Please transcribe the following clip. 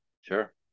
Sure